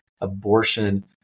abortion